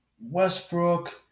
Westbrook